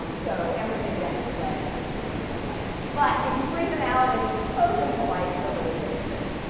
um so everything, then, is red because you're under red light. but if you bring them out, and you expose them to light, they're really, really pretty.